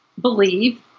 believe